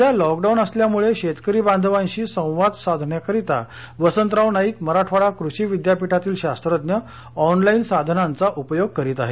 सध्या लॉकडाऊन असल्यामुळे शेतकरी बांधवाशी संवाद साधण्याकरिता वसंतराव नाईक मराठवाडा कृषि विद्यापीठातील शास्त्रज्ञ ऑनलाईन साधनाचा उपयोग करीत आहेत